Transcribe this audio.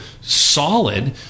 solid